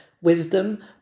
wisdom